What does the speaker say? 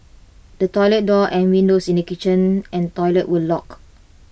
the toilet door and windows in the kitchen and toilet were locked